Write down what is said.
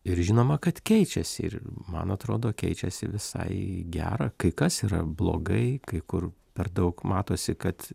ir žinoma kad keičiasi ir man atrodo keičiasi visai į gera kai kas yra blogai kai kur per daug matosi kad